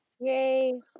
yay